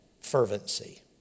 fervency